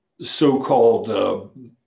so-called